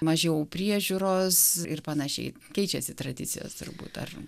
mažiau priežiūros ir panašiai keičiasi tradicijos turbūt ar